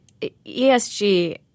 ESG